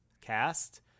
cast